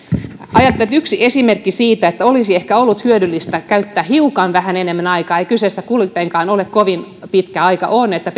ajattelen että yksi esimerkki siitä että olisi ehkä hyödyllistä käyttää hiukan enemmän aikaa kyseessä ei kuitenkaan ole kovin pitkä aika on se että